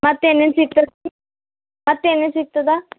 ಮತ್ತು ಏನೇನು ಸಿಕ್ತತ್ತಿ ಮತ್ತು ಏನೇನು ಸಿಕ್ತದ